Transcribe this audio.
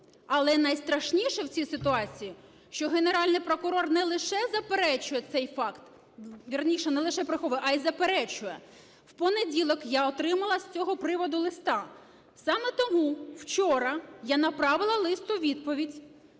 Але найстрашніше в цій ситуації, що Генеральний прокурор не лише приховує цей факт, а й заперечує. В понеділок я отримала з цього приводу листа. Саме тому вчора я направила лист у відповідь